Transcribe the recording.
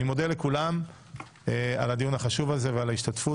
אני מודה לכולם על הדיון החשוב ועל ההשתתפות.